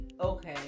okay